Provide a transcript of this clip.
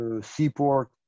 seaport